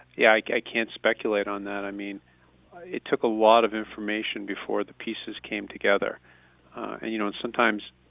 yeah like i can't speculate on that. i mean it took a lot of information before the pieces came together and you know sometimes,